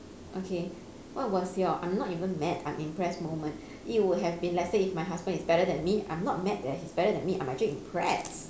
okay what was your I'm not even mad I'm impressed moment if it would have been let's say if my husband is better than me I'm not mad that he's better than me I'm actually impressed